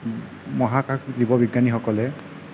মহাকাশ জীৱ বিজ্ঞানীসকলে